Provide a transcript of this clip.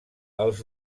els